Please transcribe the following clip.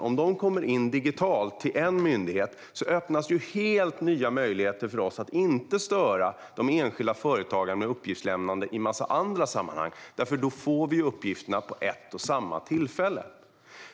Om de kommer in digitalt till en myndighet öppnas helt nya möjligheter för oss att inte störa de enskilda företagarna med uppgiftslämnande i många andra sammanhang. Då får vi nämligen uppgifterna vid ett och samma tillfälle.